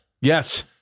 yes